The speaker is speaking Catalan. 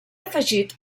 afegit